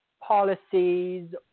policies